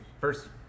first